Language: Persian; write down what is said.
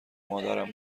مادرم